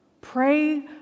pray